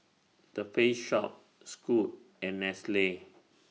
The Face Shop Scoot and Nestle